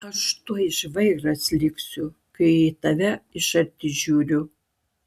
aš tuoj žvairas liksiu kai į tave iš arti žiūriu